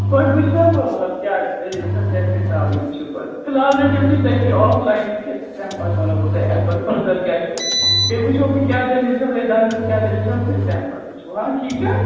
گۄڈٕ وُچھنا بہٕ مطلب کیٛاہ دٔلیٖل چھا تَمہِ حِسابٕے وُچھِو پَتہٕ فِلحال رٔٹِو تُہۍ تٔتی آف لاینٕے تہٕ تَمہِ پَتہٕ وَنہو بہٕ تۄہہِ اَمہِ پَتہٕ فٔردَر کیٛاہ چھُو بیٚیہِ وُچھو بہٕ کیٛاہ دٔلیٖل چھَو تۄہہِ دَنٛدَس کیٛاہ دٔلیٖل چھَو تہٕ تَمہِ پَتہٕ وُچھو ہاں ٹھیٖک چھا